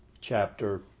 chapter